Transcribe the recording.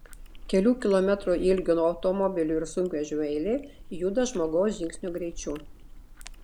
kelių kilometrų ilgio automobilių ir sunkvežimių eilė juda žmogaus žingsnio greičiu